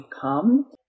come